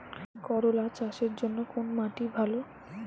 করলা চাষের জন্য কোন মাটি ভালো?